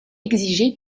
exigé